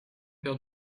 perd